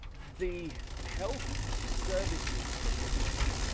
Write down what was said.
the health services of the world,